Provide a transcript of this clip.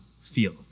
feel